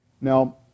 Now